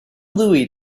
louie